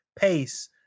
pace